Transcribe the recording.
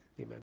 Amen